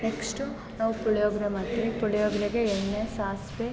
next ನಾವು ಪುಳಿಯೋಗರೆ ಮಾಡ್ತೀವಿ ಪುಳಿಯೋಗರೆಗೆ ಎಣ್ಣೆ ಸಾಸಿವೆ